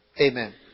Amen